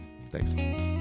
Thanks